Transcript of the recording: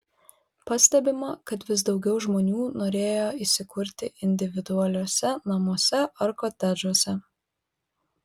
pastebima kad vis daugiau žmonių norėjo įsikurti individualiuose namuose ar kotedžuose